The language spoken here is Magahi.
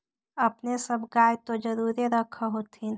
अपने सब गाय तो जरुरे रख होत्थिन?